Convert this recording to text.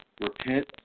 repent